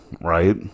right